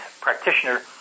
practitioner